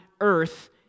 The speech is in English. earth